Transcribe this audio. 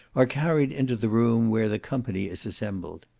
are carried into the room where the company is assembled.